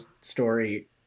story